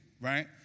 right